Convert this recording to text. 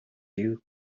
you